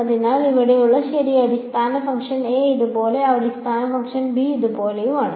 അതിനാൽ ഇവിടെയാണ് ശരി അടിസ്ഥാന ഫംഗ്ഷൻ എ ഇതുപോലെയാണ് അടിസ്ഥാന ഫംഗ്ഷൻ ബി ഇതുപോലെയാണ്